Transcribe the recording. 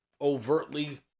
overtly